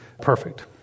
perfect